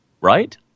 Right